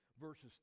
verses